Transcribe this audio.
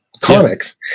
comics